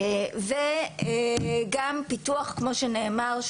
גם פיתוח כמו שנאמר,